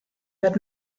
had